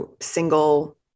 single